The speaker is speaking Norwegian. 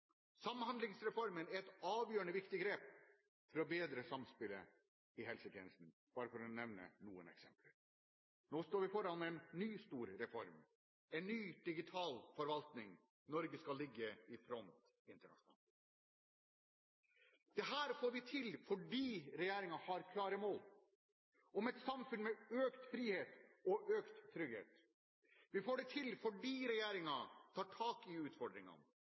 Samhandlingsreformen er et avgjørende viktig grep for å bedre samspillet i helsetjenesten, bare for å nevne noen eksempler. Nå står vi foran en ny, stor reform, en ny digital forvaltning. Norge skal ligge i front internasjonalt. Dette får vi til fordi regjeringen har klare mål om et samfunn med økt frihet og økt trygghet. Vi får det til fordi regjeringen tar tak i utfordringene,